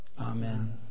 Amen